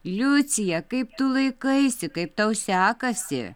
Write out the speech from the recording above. liucija kaip tu laikaisi kaip tau sekasi